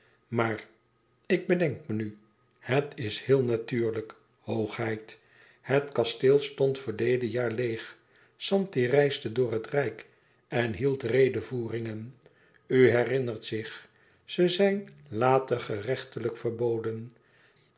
maar ik bedenk me nu het is heel natuurlijk hoogheid het kasteel stond verleden jaar leêg zanti reisde door het rijk en hield redevoeringen u herinnert zich ze zijn later gerechtelijk verboden